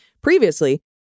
previously